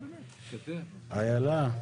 אילה,